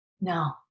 no